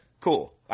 Cool